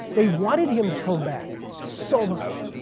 they wanted him to come back so much.